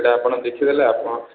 ସେଟା ଆପଣ ଦେଖିଦେଲେ ଆପଣ